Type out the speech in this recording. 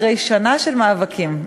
אחרי שנה של מאבקים,